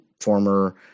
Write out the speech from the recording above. former